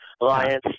alliance